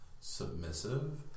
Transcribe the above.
submissive